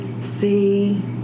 See